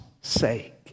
sake